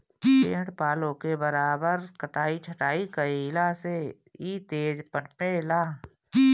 पेड़ पालो के बराबर कटाई छटाई कईला से इ तेज पनपे ला